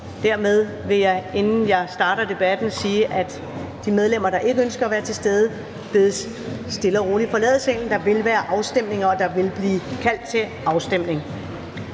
dermed vil jeg, inden jeg starter debatten, sige, at de medlemmer, der ikke ønsker at være til stede, bedes forlade salen stille og roligt. Der vil være afstemninger, og der vil blive kaldt til afstemning.